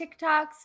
tiktoks